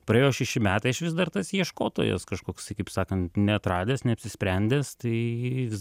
praėjo šeši metai aš vis dar tas ieškotojas kažkoksai kaip sakant neatradęs neapsisprendęs tai vis